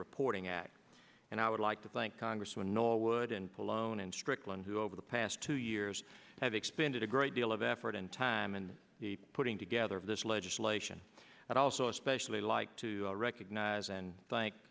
reporting act and i would like to thank congressman norwood and polonium strickland who over the past two years have expended a great deal of effort and time in the putting together of this legislation but i also especially like to recognize and thank